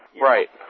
Right